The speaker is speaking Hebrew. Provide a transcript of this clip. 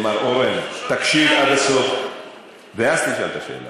מר אורן, תקשיב עד הסוף ואז תשאל את השאלה.